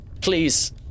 please